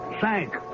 sank